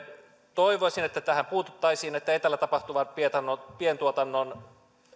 toivoisin että tähän puututtaisiin että etäällä tapahtuvan pientuotannon